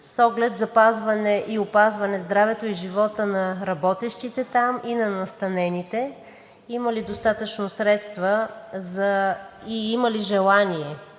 с оглед запазване и опазване здравето и живота на работещите там и на настанените? Има ли достатъчно средства и има ли желание